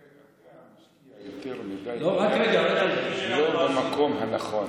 אתה משקיע יותר מדי לא במקום הנכון.